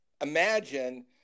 imagine